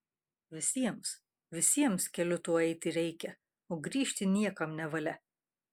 visiems visiems keliu tuo eiti reikia o grįžti niekam nevalia